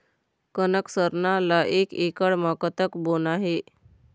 कनक सरना ला एक एकड़ म कतक बोना हे?